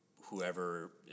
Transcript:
whoever